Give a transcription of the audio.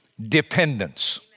dependence